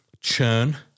churn